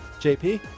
JP